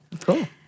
Cool